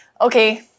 Okay